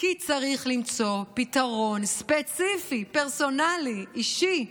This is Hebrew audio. כי צריך למצוא פתרון ספציפי, פרסונלי, אישי,